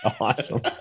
Awesome